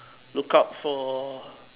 look out for